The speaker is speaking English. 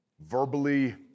verbally